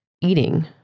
eating